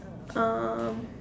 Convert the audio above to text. um